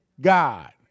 God